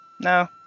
No